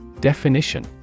Definition